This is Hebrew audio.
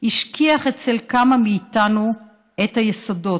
השכיח אצל כמה מאיתנו את היסודות,